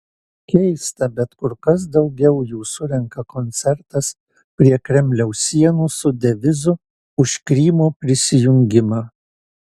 keista bet kur kas daugiau jų surenka koncertas prie kremliaus sienų su devizu už krymo prisijungimą